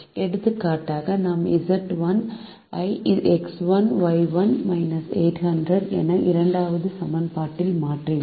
எடுத்துக்காட்டாக நாம் Z1 ஐ X1 Y1 800X1Y1 800 என இரண்டாவது சமன்பாட்டில் மாற்றினால்